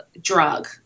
drug